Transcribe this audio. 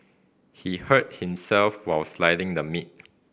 he hurt himself while slicing the meat